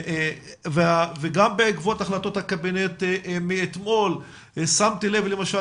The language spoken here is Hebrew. גם בעקבות החלטות הקבינט מאתמול שמתי לב למשל